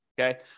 Okay